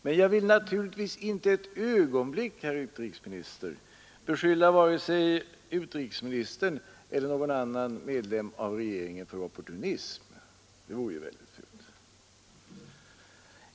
Men jag vill naturligtvis inte ett ögonblick, herr utrikesminister, beskylla vare sig utrikesministern eller någon annan medlem av regeringen för opportunism. Det vore väldigt fult.